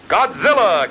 Godzilla